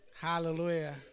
Hallelujah